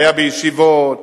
והיה בישיבות,